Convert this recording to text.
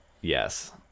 yes